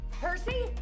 Percy